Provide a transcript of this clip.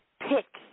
pick